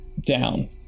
down